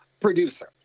producer